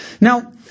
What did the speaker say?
Now